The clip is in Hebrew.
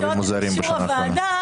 ודורשות את אישור הוועדה